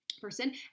person